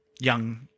Young